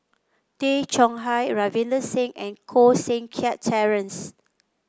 Tay Chong Hai Ravinder Singh and Koh Seng Kiat Terence